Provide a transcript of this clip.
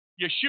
Yeshua